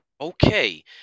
Okay